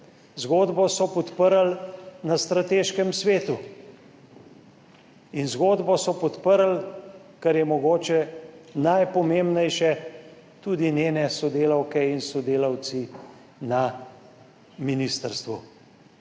Zgodbo so podprli na strateškem svetu in zgodbo so podprli, kar je mogoče najpomembnejše, tudi njene sodelavke in sodelavci na ministrstvu.